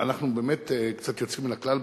אנחנו באמת קצת יוצאים מן הכלל באזור.